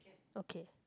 okay